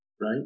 right